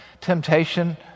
temptation